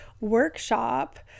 workshop